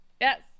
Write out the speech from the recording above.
Yes